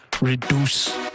reduce